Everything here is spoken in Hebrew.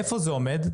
איפה זה עומד,